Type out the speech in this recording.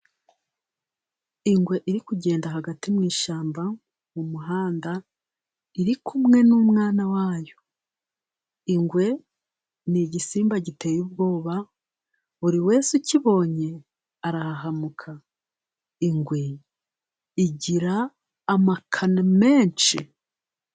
Ingwe iri kugenda hagati mu ishyamba, mu muhanda, iri kumwe n'umwana wayo, ingwe ni igisimba giteye ubwoba, buri wese ukibonye arahahamuka, ingwe igira amakana menshi.